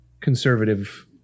conservative